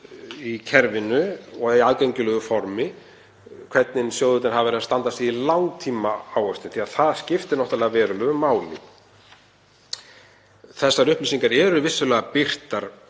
í kerfinu og í aðgengilegu formi, þ.e. hvernig sjóðirnir hafa verið að standa sig í langtímaávöxtun því að það skiptir náttúrlega verulegu máli. Þessar upplýsingar eru vissulega birtar